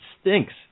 stinks